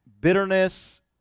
bitterness